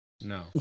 No